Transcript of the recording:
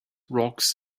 rocks